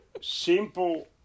simple